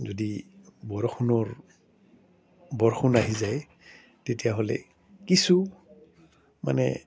যদি বৰষুণৰ বৰষুণ আহি যায় তেতিয়াহ'লে কিছু মানে